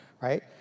right